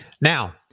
Now